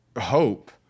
hope